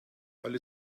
alle